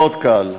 מאוד קל,